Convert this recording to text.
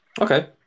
okay